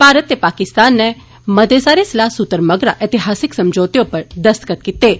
भारत ते पाकिस्तान नै मते सारे सलाह सूत्र मगरा ऐतिहासक समझौते उप्पर दस्तखत कीते न